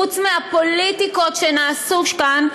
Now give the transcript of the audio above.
חוץ מהפוליטיקות שנעשו כאן,